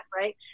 right